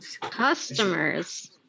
Customers